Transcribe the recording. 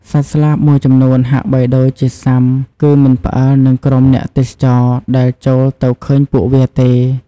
សត្វស្លាបមួយចំនួន ហាក់បីដូចជាស៊ាំគឺមិនផ្អើលនឹងក្រុមអ្នកទេសចរ ដែលចូលទៅឃើញពួកវាទេ។